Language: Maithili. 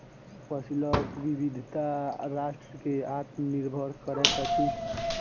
फसिलक विविधता राष्ट्र के आत्मनिर्भर करैत अछि